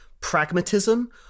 pragmatism